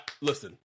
listen